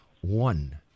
one